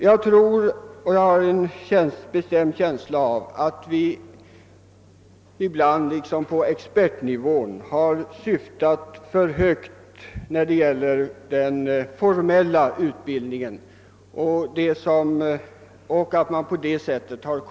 Jag har en bestämd känsla av att vi ibland har syftat för högt när det gäller den formella utbildningen av experter.